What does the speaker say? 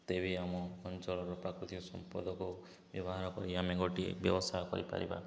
ତେବେ ଆମ ଅଞ୍ଚଳର ପ୍ରାକୃତିକ ସମ୍ପଦକୁ ବ୍ୟବହାର କରି ଆମେ ଗୋଟିଏ ବ୍ୟବସାୟ କରିପାରିବା